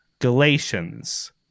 Galatians